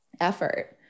effort